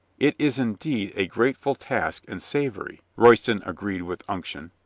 it is indeed a grateful task and savory, royston agreed with unction.